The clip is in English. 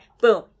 Boom